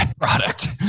product